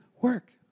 work